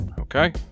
Okay